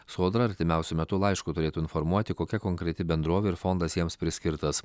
sodra artimiausiu metu laišku turėtų informuoti kokia konkreti bendrovė ir fondas jiems priskirtas